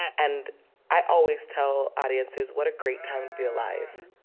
and i always tell audiences what a great time to be alive